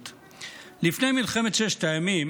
לפני מלחמת ששת הימים,